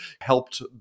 helped